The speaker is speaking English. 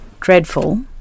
dreadful